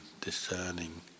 discerning